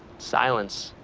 silence,